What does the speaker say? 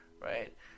Right